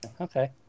okay